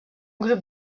grup